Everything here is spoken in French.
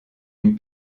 une